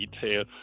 detail